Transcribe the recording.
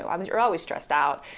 know, um you're always stressed out.